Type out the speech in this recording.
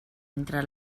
entre